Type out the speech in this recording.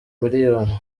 miliyoni